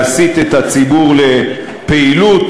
להסית את הציבור לפעילות,